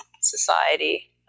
society